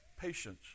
patience